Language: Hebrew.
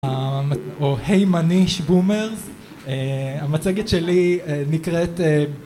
או היי מה ניש בומרס, המצגת שלי נקראת